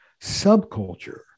subculture